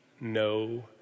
no